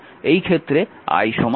এই ক্ষেত্রে I 3 ampere